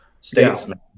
statesman